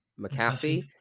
McAfee